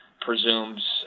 presumes